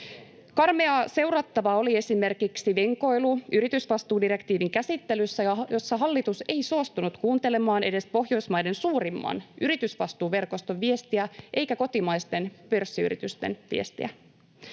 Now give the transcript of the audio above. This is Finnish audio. Karmeaa seurattavaa oli esimerkiksi venkoilu yritysvastuudirektiivin käsittelyssä, jossa hallitus ei suostunut kuuntelemaan edes Pohjoismaiden suurimman yritysvastuuverkoston viestiä eikä kotimaisten pörssiyritysten viestiä.